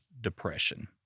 depression